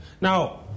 now